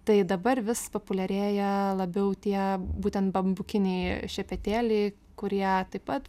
tai dabar vis populiarėja labiau tie būtent bambukiniai šepetėliai kurie taip pat